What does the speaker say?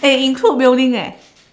eh include mailing eh